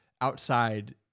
outside